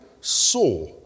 saw